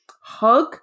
hug